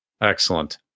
Excellent